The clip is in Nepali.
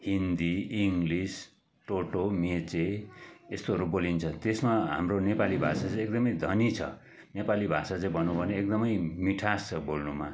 हिन्दी इङ्लिस टोटो मेचे यस्तोहरू बोलिन्छ त्यसमा हाम्रो नेपाली भाषा चाहिँ एकदमै धनी छ नेपाली भाषा चाहिँ भनौँ भने एकदमै मिठास छ बोल्नुमा